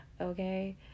okay